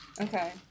Okay